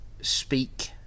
speak